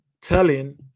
telling